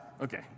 Okay